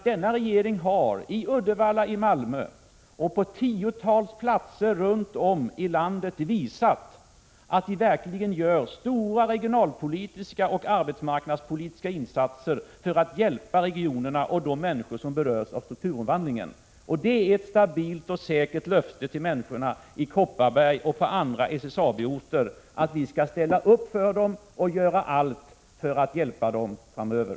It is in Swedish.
Denna regering har i Uddevalla, i Malmö och på tiotals orter runt om i landet visat att det verkligen görs stora regionalpolitiska och arbetsmarknadspolitiska insatser för att hjälpa regionerna och de människor som berörs av strukturomvandlingen. Vi har gett ett stabilt och säkert löfte till människorna i Kopparberg och på andra SSAB-orter att vi skall ställa upp för dem och göra allt för att hjälpa dem framöver.